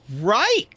right